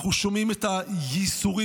אנחנו שומעים את הייסורים,